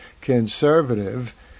conservative